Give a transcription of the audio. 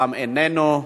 גם איננו.